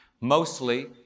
Mostly